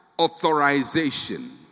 authorization